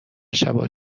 شبا